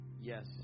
Yes